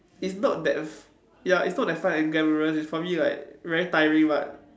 it's not that f~ ya it's not that fun and glamorous it's probably like very tiring but